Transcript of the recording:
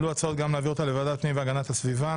עלו הצעות להעביר אותה לוועדת הפנים והגנת הסביבה.